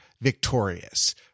victorious